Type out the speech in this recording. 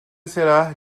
será